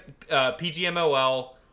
pgmol